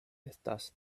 estas